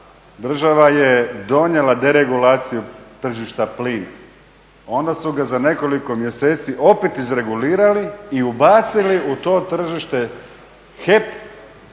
država je donijela deregulaciju tržišta plina, onda su ga za nekoliko mjeseci opet izregulirali i ubacili u to tržište HEP